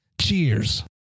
Cheers